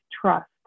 trust